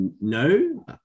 No